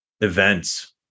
events